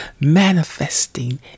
manifesting